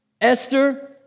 Esther